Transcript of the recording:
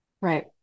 right